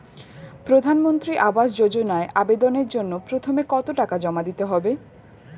প্রধানমন্ত্রী আবাস যোজনায় আবেদনের জন্য প্রথমে কত টাকা জমা দিতে হবে?